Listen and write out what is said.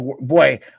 boy